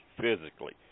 physically